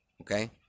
okay